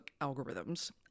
algorithms